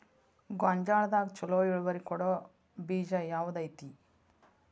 ಗೊಂಜಾಳದಾಗ ಛಲೋ ಇಳುವರಿ ಕೊಡೊ ಬೇಜ ಯಾವ್ದ್ ಐತಿ?